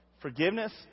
forgiveness